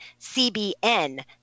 CBN